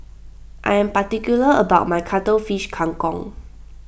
I am particular about my Cuttlefish Kang Kong